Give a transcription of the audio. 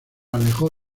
alejó